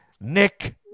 nick